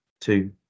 two